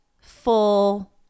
full